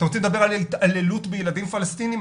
אתם רוצים על התעללות בילדים פלסטינים?